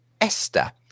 Esther